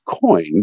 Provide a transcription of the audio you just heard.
coin